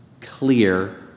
clear